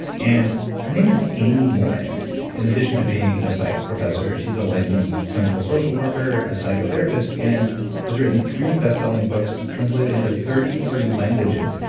and her name is amy morin. in addition to being a psych professor she's a licensed clinical social worker, a psychotherapist, and has written three bestselling books translated into thirty three languages.